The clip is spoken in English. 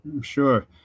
Sure